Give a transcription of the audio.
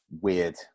weird